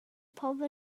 pobl